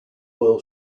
oil